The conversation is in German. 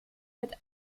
mit